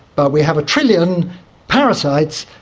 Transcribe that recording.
but we have a trillion parasites,